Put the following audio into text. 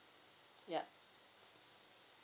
ya